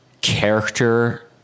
character